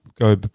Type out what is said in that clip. go